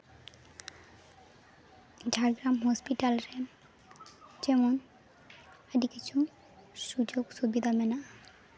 Jhargram hospital ᱨᱮᱱ ᱡᱮᱢᱚᱱ ᱟᱹᱰᱤ ᱠᱤᱪᱷᱩ ᱥᱩᱡᱳᱜᱽ ᱥᱩᱵᱤᱫᱟ ᱢᱮᱱᱟᱜᱼᱟ